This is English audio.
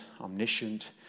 omniscient